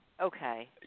Okay